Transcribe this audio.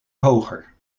hoger